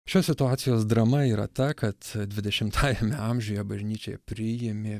šios situacijos drama yra ta kad dvidešimtajame amžiuje bažnyčia priėmė